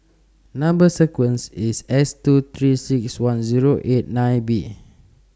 Number sequence IS S two three six one Zero eight nine B